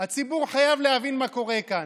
הציבור חייב להבין מה קורה כאן.